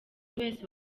wese